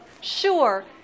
Sure